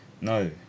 no